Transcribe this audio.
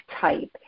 type